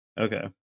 okay